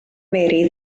mary